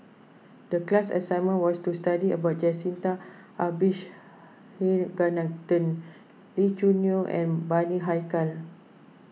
the class assignment was to study about Jacintha Abisheganaden Lee Choo Neo and Bani Haykal